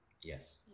Yes